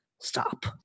stop